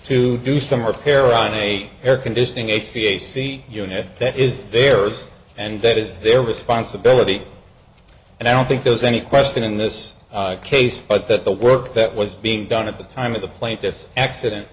to do some repair on eight air conditioning h t a c unit that is there is and that is their responsibility and i don't think there's any question in this case but that the work that was being done at the time of the plaintiff's accident